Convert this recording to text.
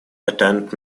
attend